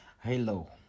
Hello